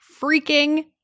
freaking